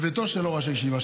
בביתו של ראש הישיבה.